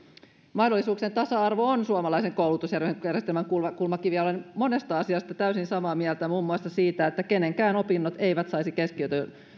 mahdollisuuksien tasa arvo on suomalaisen koulutusjärjestelmän kulmakivi ja olen monesta asiasta täysin samaa mieltä muun muassa siitä että kenenkään opinnot eivät saisi keskeytyä